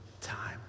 time